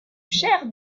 chers